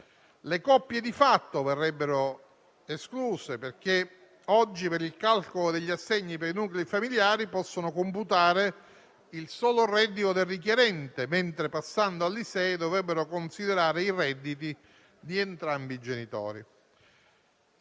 le coppie di fatto, perché oggi, per il calcolo dell'assegno per il nucleo familiare, possono computare il solo reddito del richiedente, mentre passando all'ISEE dovrebbero considerare i redditi di entrambi i genitori.